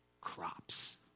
crops